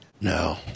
No